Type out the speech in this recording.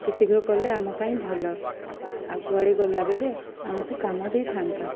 ଅତି ଶୀଘ୍ର କଲେ ଆମ ପାଇଁ ଭଲ ଆକୁଆଡ଼େ ଗଲାବେଳେ ଆମକୁ କାମ ଦେଇଥାନ୍ତା